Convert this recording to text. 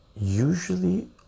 usually